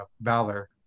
Balor